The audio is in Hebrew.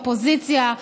אופוזיציה,